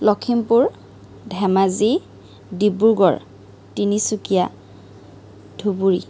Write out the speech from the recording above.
Lakhimpur Dhemaji Dibrugarh Tinsukia Dhubri